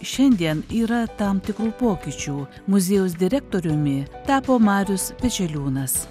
šiandien yra tam tikrų pokyčių muziejaus direktoriumi tapo marius pečiuliūnas